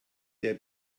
der